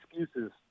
excuses